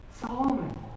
Solomon